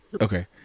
Okay